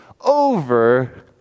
over